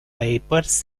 papers